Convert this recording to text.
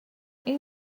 این